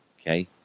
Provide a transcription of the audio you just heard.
Okay